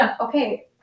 okay